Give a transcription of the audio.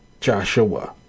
Joshua